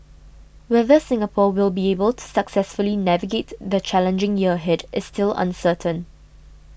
whether Singapore will be able to successfully navigate the challenging year ahead is still uncertain